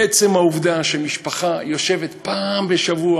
עצם העובדה שמשפחה יושבת פעם בשבוע,